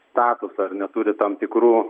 statusą ar neturi tam tikrų